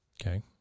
Okay